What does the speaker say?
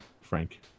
Frank